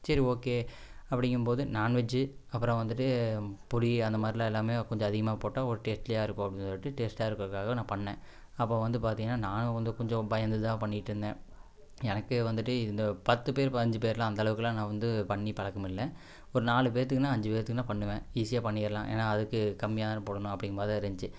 சரி ஓகே அப்படிங்கம்போது நான்வெஜ்ஜி அப்புறம் வந்துட்டு புளி அந்த மாதிரிலாம் எல்லாமே கொஞ்சம் அதிகமாக போட்டால் ஒரு டேஸ்ட்லியாக இருக்கும் அப்படின்னு சொல்லிட்டு டேஸ்ட்டா இருக்கிறதுக்காக நான் பண்ணிணேன் அப்போ வந்து பார்த்தீங்கன்னா நானும் வந்து கொஞ்சம் பயந்து தான் பண்ணிட்டுருந்தேன் எனக்கே வந்துட்டு இதில் பத்து பேரு பதினஞ்சி பேர்லாம் அந்த அளவுக்கலாம் நான் வந்து பண்ணி பழக்கம் இல்லை ஒரு நாலு பேர்த்துக்குன்னா அஞ்சு பேர்த்துக்குன்னா பண்ணுவேன் ஈஸியா பண்ணிடலாம் ஏன்னா அதுக்கு கம்மியா தான போடணும் அப்படிங்க மாதிரி தான் இருந்துச்சி